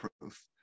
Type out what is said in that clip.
proof